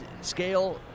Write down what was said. scale